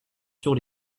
sur